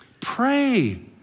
Pray